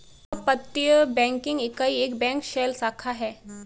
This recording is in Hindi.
अपतटीय बैंकिंग इकाई एक बैंक शेल शाखा है